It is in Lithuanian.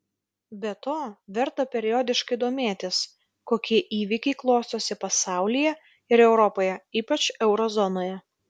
be to verta periodiškai domėtis kokie įvykiai klostosi pasaulyje ir europoje ypač euro zonoje